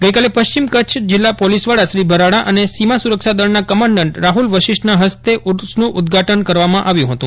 ગઈકાલે પશ્ચિમ કચ્છના પોલીસવડા શ્રી ભરાડા અને સીમા સુરક્ષા દળના કમાન્ડન્ટ રાફ્લ વશિષ્ઠના ફસ્તે ઉર્સનું ઉદ્વાટન કરવામાં આવ્યું ફતું